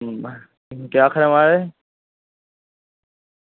केह् आक्खा दे म्हाराज